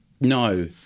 no